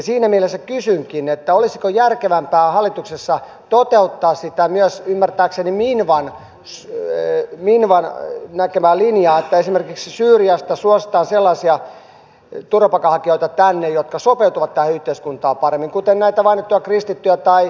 siinä mielessä kysynkin olisiko järkevämpää hallituksessa toteuttaa sitä myös ymmärtääkseni minvan näkemää linjaa että esimerkiksi syyriasta suositaan tänne sellaisia turvapaikanhakijoita jotka sopeutuvat tähän yhteiskuntaan paremmin kuten näitä mainittuja kristittyjä tai jesidejä